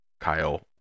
Kyle